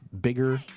bigger